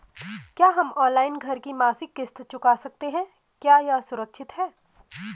क्या हम ऑनलाइन घर की मासिक किश्त चुका सकते हैं क्या यह सुरक्षित है?